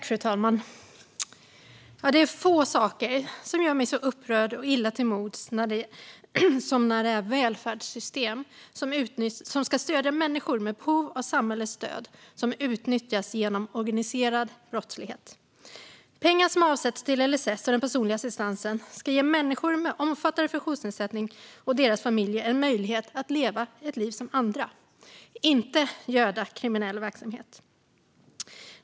Fru talman! Det är få saker som gör mig så upprörd och illa till mods som när välfärdssystem som ska stödja människor med behov av samhällets stöd utnyttjas genom organiserad brottslighet. Pengar som avsätts till LSS och den personliga assistansen ska ge människor med omfattande funktionsnedsättning och deras familjer en möjlighet att leva ett liv som andra, inte göda kriminell verksamhet.